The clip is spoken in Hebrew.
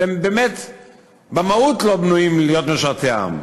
והם באמת במהות לא בנויים להיות משרתי העם.